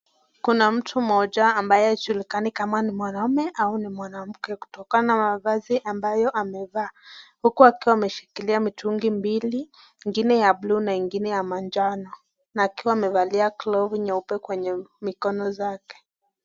Kuna mtu mmoja ambaye hajulikani kama ni mwanaume au ni mwanamke kutokana na mavasi ambayo amevaa huku akiwa ameshikilia mitungi mbili ngine ya buluu na ngine ya manjano na akiwa amevalia glovu nyeupe kwenye mikono zake.